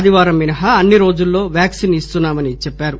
ఆదివారం మినహా అన్ని రోజుల్లో వ్యాక్సిన్ ఇస్తున్నా మని చెప్పారు